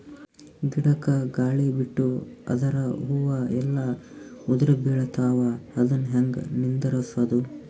ಗಿಡಕ, ಗಾಳಿ ಬಿಟ್ಟು ಅದರ ಹೂವ ಎಲ್ಲಾ ಉದುರಿಬೀಳತಾವ, ಅದನ್ ಹೆಂಗ ನಿಂದರಸದು?